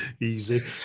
Easy